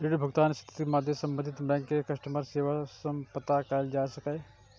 ऋण भुगतान के स्थिति के मादे संबंधित बैंक के कस्टमर सेवा सं पता कैल जा सकैए